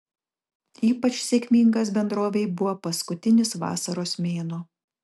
ypač sėkmingas bendrovei buvo paskutinis vasaros mėnuo